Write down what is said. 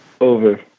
Over